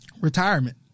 retirement